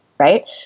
right